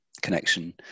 connection